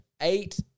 eight